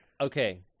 Okay